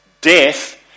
Death